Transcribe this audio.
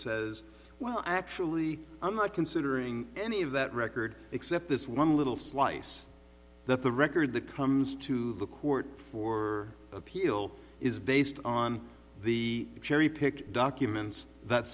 says well actually i'm not considering any of that record except this one little slice that the record the comes to the court for appeal is based on the cherry picked documents that